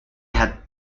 had